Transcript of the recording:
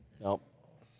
Nope